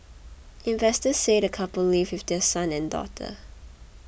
investors say the couple live with their son and daughter